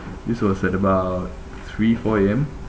this was at about three four A_M